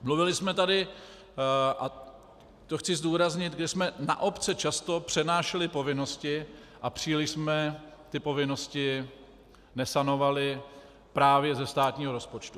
Mluvili jsme tady, a to chci zdůraznit, že jsme na obce často přenášeli povinnosti a příliš jsme ty povinnosti nesanovali právě ze státního rozpočtu.